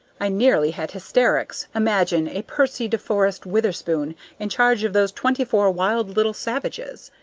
i nearly had hysterics. imagine a percy de forest witherspoon in charge of those twenty-four wild little savages!